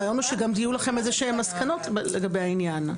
הרעיון הוא שגם יהיו לכן איזשהן מסקנות לגבי העניין.